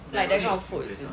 like that kind of food is it